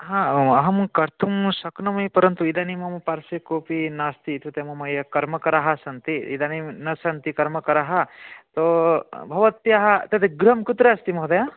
अहं कर्तुं शक्नोमि परन्तु इदानीं मम पार्श्वे कोपि नास्ति इत्युक्ते मम ये कर्मकरा सन्ति इदानीं न सन्ति कर्मकरा तो भवत्या तत् गृहं कुत्र अस्ति महोदय